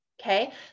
okay